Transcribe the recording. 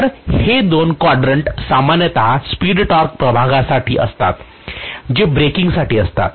तर हे दोन quadrant सामान्यत स्पीड टॉर्क प्रभागासाठी असतात जे ब्रेकिंगसाठी असतात